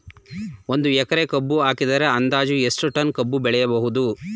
ಒಂದು ಎಕರೆ ಕಬ್ಬು ಹಾಕಿದರೆ ಅಂದಾಜು ಎಷ್ಟು ಟನ್ ಕಬ್ಬು ಬೆಳೆಯಬಹುದು?